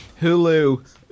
Hulu